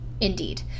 indeed